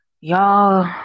y'all